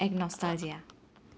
এক নষ্টালজিয়া